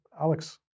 Alex